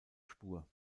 spur